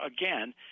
again